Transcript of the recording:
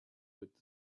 with